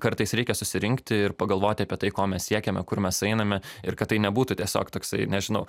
kartais reikia susirinkti ir pagalvoti apie tai ko mes siekiame kur mes einame ir kad tai nebūtų tiesiog toksai nežinau